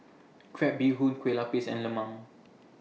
Crab Bee Hoon Kue Lupis and Lemang